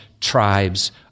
tribes